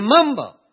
remember